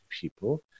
people